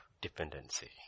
dependency